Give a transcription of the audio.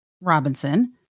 Robinson